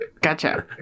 Gotcha